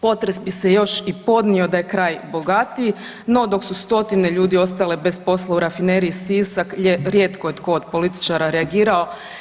Potres bi se još i podnio da je kraj bogatiji, no dok su stotine ljudi ostale bez posla u Rafineriji Sisak rijetko je tko od političara reagirao.